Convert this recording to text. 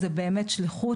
זה באמת שליחות.